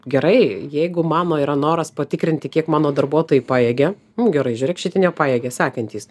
gerai jeigu mano yra noras patikrinti kiek mano darbuotojai pajėgia nu gerai žiūrėk šiti nepajėgė sekantys